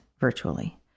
virtually